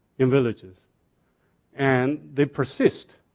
in villages and they persist.